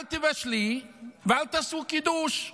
אל תבשלי ואל תעשו קידוש.